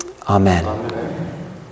Amen